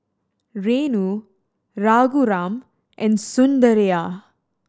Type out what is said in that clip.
Renu Raghuram and Sundaraiah